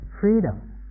freedom